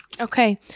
Okay